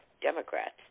Democrats